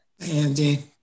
andy